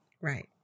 Right